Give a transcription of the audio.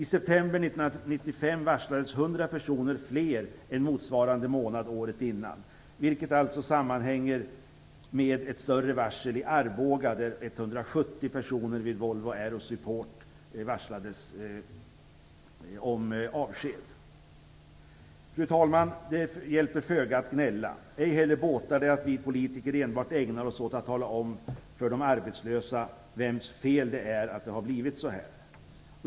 I september 1995 varslades 100 personer mer än under motsvarande månad året innan, vilket alltså sammanhänger med ett större varsel i Arboga. Fru talman! Det hjälper föga att gnälla. Ej heller båtar det att vi politiker enbart ägnar oss åt att tala om för de arbetslösa vems fel det är att det har blivit så här.